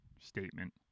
statement